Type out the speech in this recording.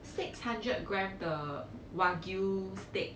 six hundred gram 的 wagyu steak